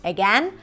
Again